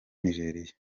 nigeria